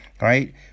right